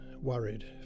worried